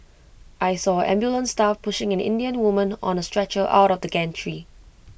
I saw ambulance staff pushing an Indian woman on A stretcher out of the gantry